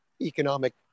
economic